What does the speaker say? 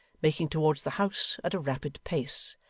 making towards the house at a rapid pace,